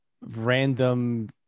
random